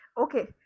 Okay